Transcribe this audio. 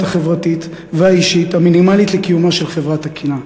החברתית והאישית המינימלית לקיומה של חברה תקינה.